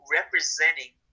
representing